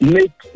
Make